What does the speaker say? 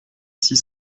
six